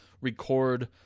record